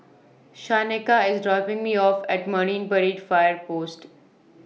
Shaneka IS dropping Me off At Marine Parade Fire Post